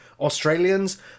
Australians